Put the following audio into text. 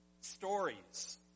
stories